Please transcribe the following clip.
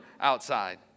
outside